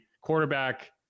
quarterback